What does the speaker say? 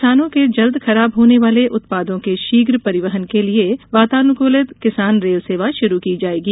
किसानों के जल्द खराब होने वाले उत्पादों के शीघ्र परिवहन के लिये वातानुकुलित किसान रेल सेवा शुरू की जाएगी